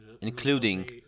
including